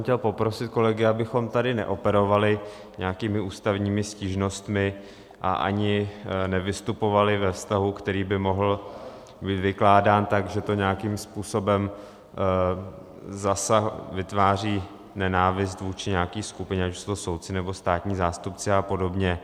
Chtěl jsem poprosit kolegy, abychom tady neoperovali nějakými ústavními stížnostmi a ani nevystupovali ve vztahu, který by mohl být vykládán tak, že to nějakým způsobem vytváří nenávist vůči nějaké skupině, ať už jsou to soudci, nebo státní zástupci a podobně.